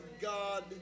God